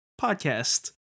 podcast